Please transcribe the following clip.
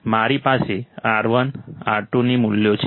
મારી પાસે R1 R2 ની મૂલ્યો છે